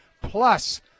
Plus